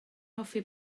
hoffi